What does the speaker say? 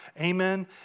Amen